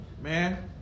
Man